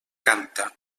canta